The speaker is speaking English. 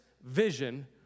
vision